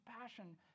passion